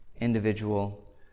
individual